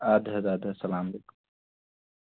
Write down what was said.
اَدٕ حظ اَدٕ حظ اسلام علیکُم